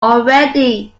already